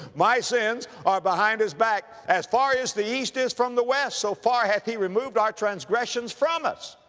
my sins are behind his back, as far as the east is from the west, so far hath he removed our transgressions from us.